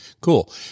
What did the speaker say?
cool